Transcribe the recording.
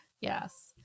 Yes